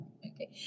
Okay